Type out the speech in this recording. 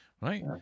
right